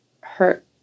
hurt